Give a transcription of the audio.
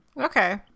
Okay